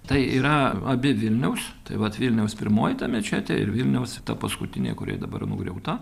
tai yra abi vilniaus tai vat vilniaus pirmoji ta mečetė ir vilniaus ta paskutinė kuri dabar nugriauta